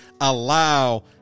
allow